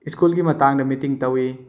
ꯁ꯭ꯀꯨꯜꯒꯤ ꯃꯇꯥꯡꯗ ꯃꯤꯇꯤꯡ ꯇꯧꯏ